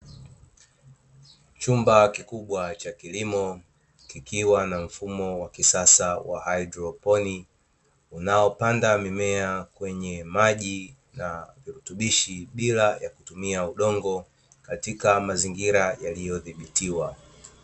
Chumba kikubwa cha kilimo kikiwa na mfumo wa kisasa cha hydroponiki unaopanda mimea kwenye maji, yenye virutubishi bila kutumia udongo katika mazingira yaliyo dhibitiwa.